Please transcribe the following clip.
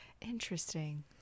Interesting